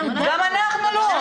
גם אנחנו לא.